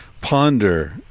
ponder